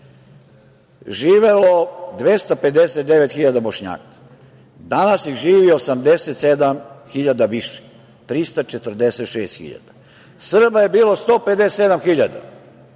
živelo 259.000 Bošnjaka, danas ih živi 87.000 više, 346.000. Srba je bilo 157.000,